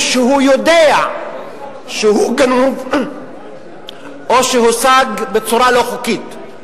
שהוא יודע שהוא גנוב או שהושג בצורה לא חוקית,